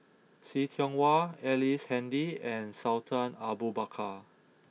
See Tiong Wah Ellice Handy and Sultan Abu Bakar